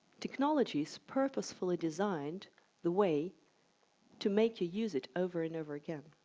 technology is purposefully designed the way to make you use it over and over again.